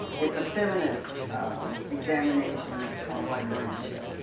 it's a feminist examination of librarianship.